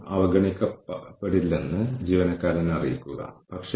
സമയവും നിർവ്വഹണ നിലവാരവുമായി ബന്ധപ്പെട്ട പ്രശ്നങ്ങളുണ്ട്